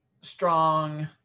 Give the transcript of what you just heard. strong